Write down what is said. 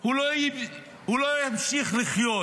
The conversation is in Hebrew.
הוא לא ימשיך לחיות,